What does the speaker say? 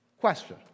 Question